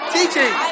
Teaching